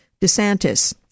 DeSantis